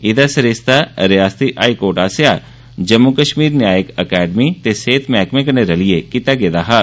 एह्दा सरिस्ता रियासती हाई कोर्ट आस्सेआ जम्मू कश्मीर न्यायिक अकैडमी ते सेहत मैह्कमें कन्नै रलिए कीता गेदा हा